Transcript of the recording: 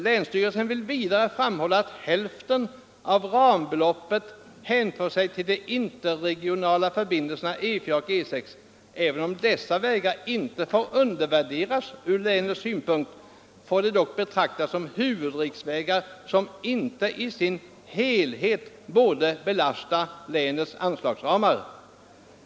Länsstyrelsen vill vidare framhålla att hälften av rambeloppet hänför sig till de interregionala förbindelserna E4 och E6. Även om dessa vägar inte får undervärderas från länets synpunkt får de dock betraktas som huvudriksvägar, som inte i sin helhet borde belasta länets anslagsramar.